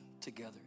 together